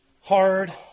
Hard